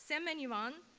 so manivong,